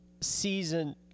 season